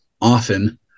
often